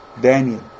Daniel